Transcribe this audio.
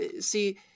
see